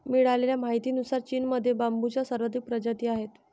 मिळालेल्या माहितीनुसार, चीनमध्ये बांबूच्या सर्वाधिक प्रजाती आहेत